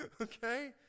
okay